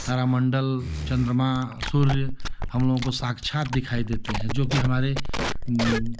तारा मण्डल चन्द्रमा सूर्य हमलोगों को साक्षात दिखाई देते हैं जोकि हमारे